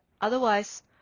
otherwise